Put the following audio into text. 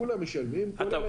כולם משלמים, כולל היבואן.